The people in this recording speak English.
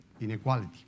inequality